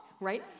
right